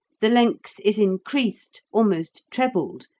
the length is increased, almost trebled,